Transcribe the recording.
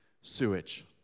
sewage